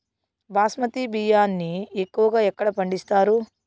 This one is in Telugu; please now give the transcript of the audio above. బాస్మతి బియ్యాన్ని ఎక్కువగా ఎక్కడ పండిస్తారు?